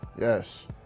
Yes